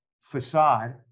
facade